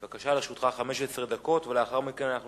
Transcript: בבקשה, לרשותך 15 דקות, ולאחר מכן אנחנו